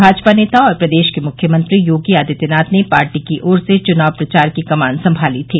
भाजपा नेता और प्रदेश के मुख्यमंत्री योगी आदित्यनाथ ने पार्टी की ओर से चुनाव प्रचार की कमान सभाली थी